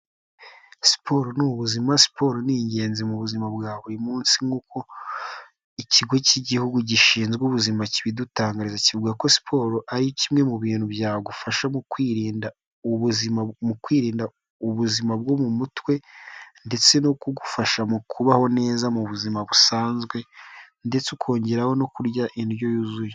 Siporo ni ubuzima, siporo ni ingenzi mu buzima bwa buri munsi, nk'uko ikigo cy'igihugu gishinzwe ubuzima kibidutangariza, kivuga ko siporo ari kimwe mu bintu byagufasha mu kwirinda ubuzima bwo mu mutwe ndetse no kugufasha mu kubaho neza mu buzima busanzwe ndetse ukongeraho no kurya indyo yuzuye.